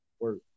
work